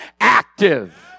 active